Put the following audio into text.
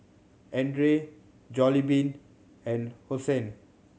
Andre Jollibean and Hosen